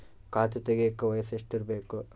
ಖಾತೆ ತೆಗೆಯಕ ವಯಸ್ಸು ಎಷ್ಟಿರಬೇಕು?